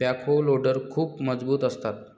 backhoe loader खूप मजबूत असतात